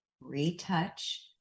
retouch